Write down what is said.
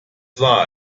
war